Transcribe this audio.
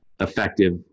effective